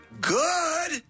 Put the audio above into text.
good